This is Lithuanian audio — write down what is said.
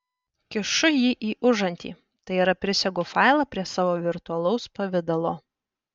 kišu jį į užantį tai yra prisegu failą prie savo virtualaus pavidalo